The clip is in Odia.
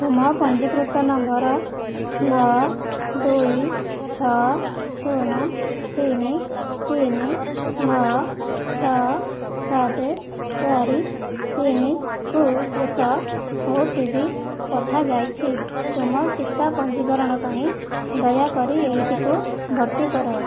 ତୁମ ପଞ୍ଜିକୃତ ନମ୍ବର ନଅ ଦୁଇ ଛଅ ଶୁନ ତିନି ତିନି ନଅ ଛଅ ସାତ ଚାରି ତିନିକୁ ଏକ ଓଟିପି ପଠାଯାଇଛି ତୁମ ଟିକା ପଞ୍ଚିକରଣ ପାଇଁ ଦୟାକରି ଏଇଟିକୁ ଭର୍ତ୍ତି କର